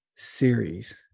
Series